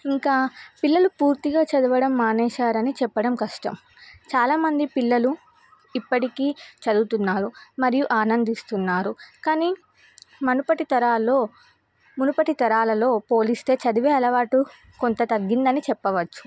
ఇంకా పిల్లలు పూర్తిగా చదవడం మానేసారని చెప్పడం కష్టం చాలా మంది పిల్లలు ఇప్పటికీ చదువుతున్నారు మరియు ఆనందిస్తున్నారు కానీ మనపటి తరాల్లో మునుపటి తరాలలో పోలిస్తే చదివే అలవాటు కొంత తగ్గిందని చెప్పవచ్చు